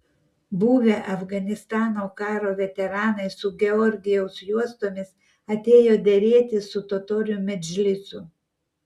buvę afganistano karo veteranai su georgijaus juostomis atėjo derėtis su totorių medžlisu